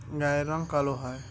গায়ের রঙ কালো হয়